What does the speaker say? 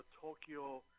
Tokyo